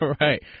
right